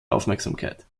aufmerksamkeit